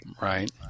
Right